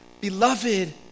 Beloved